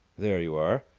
there you are!